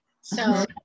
So-